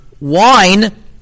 wine